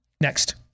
Next